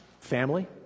family